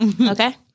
Okay